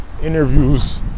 interviews